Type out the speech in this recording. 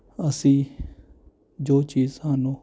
ਅਸੀਂ ਜੋ ਚੀਜ਼ ਸਾਨੂੰ